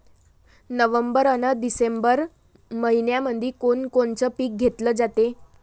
November अन December मइन्यामंधी कोण कोनचं पीक घेतलं जाते?